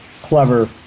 clever